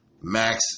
max